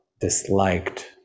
disliked